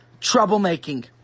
troublemaking